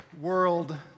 world